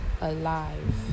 alive